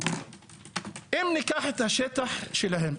אם ניקח את השטח שלהם,